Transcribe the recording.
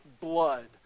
blood